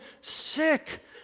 sick